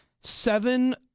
seven